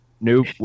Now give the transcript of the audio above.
Nope